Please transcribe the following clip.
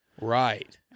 Right